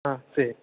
ஆ சரி